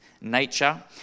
nature